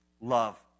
love